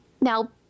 Now